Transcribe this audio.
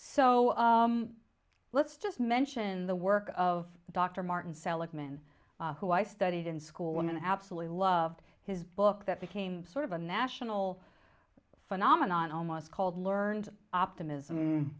so let's just mention the work of dr martin seligman who i studied in school and absolutely loved his book that became sort of a national phenomenon almost called learned optimism